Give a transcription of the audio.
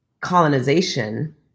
colonization